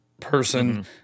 person